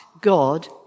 God